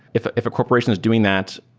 if if a corporation is doing that,